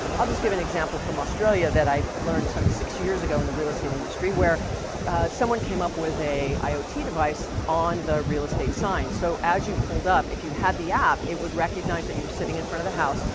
i'll just give an example from australia that i learned some six years ago in the real estate industry where someone came up with a iot device on the real estate signs. so as you pulled up, if you had the app, it would recognize that you were sitting in front of the house,